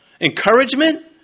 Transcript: Encouragement